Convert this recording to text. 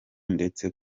ndetse